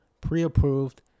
pre-approved